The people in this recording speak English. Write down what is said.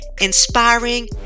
inspiring